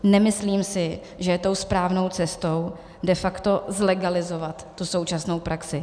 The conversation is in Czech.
Nemyslím si, že je tou správnou cestou de facto zlegalizovat současnou praxi.